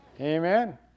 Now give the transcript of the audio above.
Amen